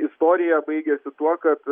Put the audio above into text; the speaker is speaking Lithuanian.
istorija baigiasi tuo kad